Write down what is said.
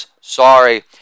sorry